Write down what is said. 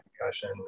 concussion